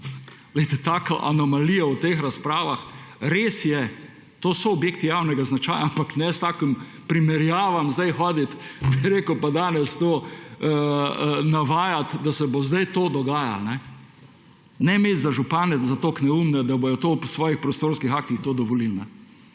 taka anomalija v teh razpravah. Res je, to so objekti javnega značaja, ampak ne s takimi primerjavami zdaj prihajati, bi rekel, pa danes tu navajati, da se bo zdaj to dogajalo. Ne imeti župane za toliko neumne, da bodo v svojih prostorskih aktih to dovolili.